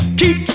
keep